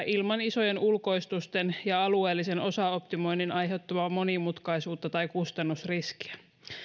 ilman isojen ulkoistusten ja alueellisen osaoptimoinnin aiheuttamaa monimutkaisuutta tai kustannusriskiä